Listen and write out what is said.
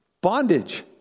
bondage